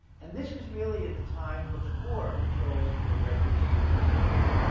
and this was really in the time before controls were regularly used in surveys.